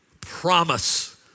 promise